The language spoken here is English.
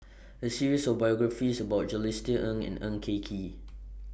A series of biographies about Jules Itier Ng and Eng K Kee